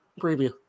preview